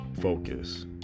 focus